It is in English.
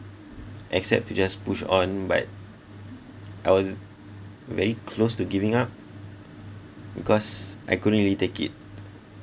except to just push on but I was very close to giving up because I couldn't really take it